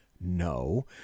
No